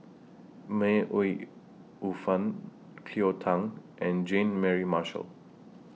May Ooi Yu Fen Cleo Thang and Jean Mary Marshall